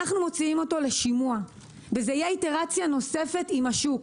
אנחנו מוציאים אותו לשימוע וזו תהיה אינטראקציה נוספת עם השוק.